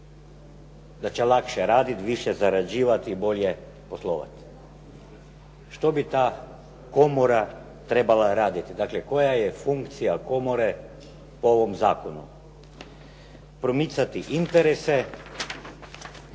da će lakše raditi, više zarađivati i bolje poslovati. Što bi ta komora trebala raditi, dakle koja je funkcija komore po ovom zakonu? Promicati interese,